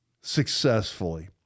successfully